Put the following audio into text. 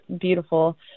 beautiful